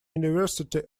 university